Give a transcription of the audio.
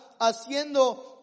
haciendo